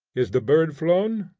is the bird flown?